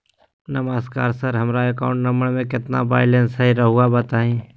नमस्कार सर हमरा account number में कितना बैलेंस हेई राहुर बताई?